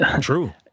True